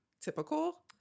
typical